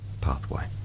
pathway